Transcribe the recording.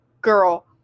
girl